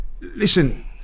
listen